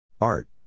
Art